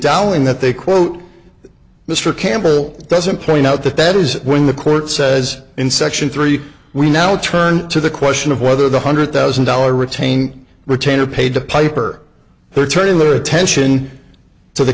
tallinn that they quote mr campbell doesn't point out that that is when the court says in section three we now turn to the question of whether the hundred thousand dollar retained retainer paid the piper they're turning their attention to the